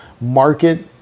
market